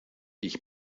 ich